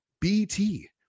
BT